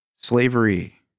slavery